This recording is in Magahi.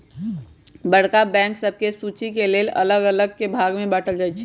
बड़का बैंक सभके सुचि के लेल अल्लग अल्लग भाग में बाटल जाइ छइ